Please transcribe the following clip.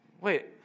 wait